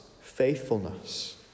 faithfulness